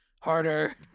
harder